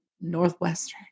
Northwestern